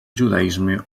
judaisme